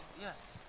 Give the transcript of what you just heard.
Yes